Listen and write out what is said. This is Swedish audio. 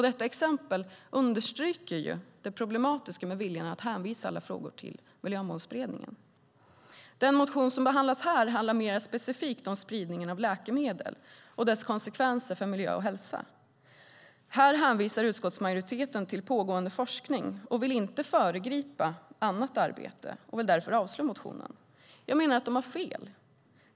Detta exempel understryker det problematiska med viljan att hänvisa alla frågor till Miljömålsberedningen. Den motion som behandlas här handlar mer specifikt om spridningen av läkemedel och dess konsekvenser för miljö och hälsa. Här hänvisar utskottsmajoriteten till pågående forskning och vill inte föregripa annat arbete och vill därför avslå motionen. Jag menar att de har fel.